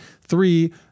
Three